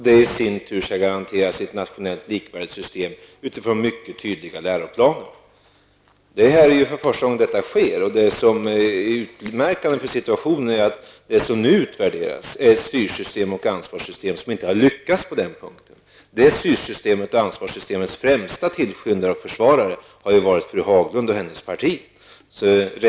Detta skall i sin tur garanteras i ett nationellt likvärdigt system utifrån mycket tydliga läroplaner. Det är första gången detta sker, och utmärkande för situationen är att nu utvärderas ett styrsystem och ansvarssystem som inte har lyckats på den punkten. Detta styrsystems och ansvarssystems främsta tillskyndare och försvarare har ju varit fru Haglund och hennes partikamrater.